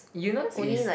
Eunos is